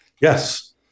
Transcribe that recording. Yes